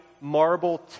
marble